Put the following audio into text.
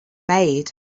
made